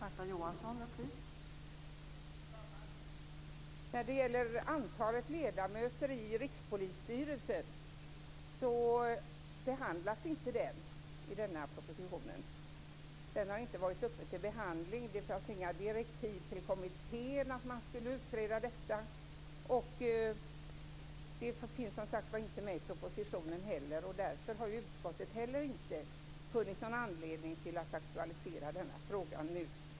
Fru talman! Frågan om antalet ledamöter i Rikspolisstyrelsen behandlas inte i denna proposition. Den har inte varit uppe till behandling. Det fanns inga direktiv till kommittén att detta skulle utredas. Därför har inte heller utskottet funnit någon anledning att nu aktualisera denna fråga.